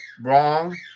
wrong